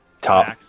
top